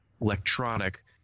electronic